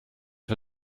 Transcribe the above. für